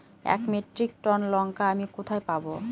এক metric ton লঙ্কা আমি কোথায় পাবো?